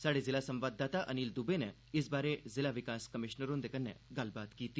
स्हाड़े जिला संवाददाता अनिल दुबे नै इस बारै जिला विकास कमिशनर हुंदे कन्नै गल्लबात कीती